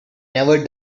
never